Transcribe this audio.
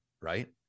right